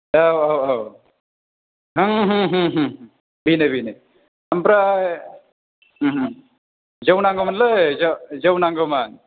औ औ औ बेनो बेनो ओमफ्राय जौ नांगौमोनलै जौ नांगौमोन